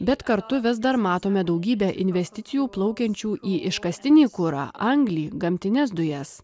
bet kartu vis dar matome daugybę investicijų plaukiančių į iškastinį kurą anglį gamtines dujas